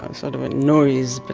ah sort of a noise, but